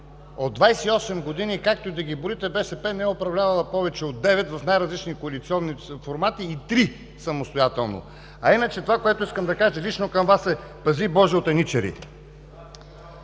От 28 години, както и да ги броите, БСП не е управлявала повече от девет в най-различни коалиционни формати и три самостоятелно. А иначе това, което искам да кажа лично към Вас, е: пази Боже, от еничари!